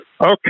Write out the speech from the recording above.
Okay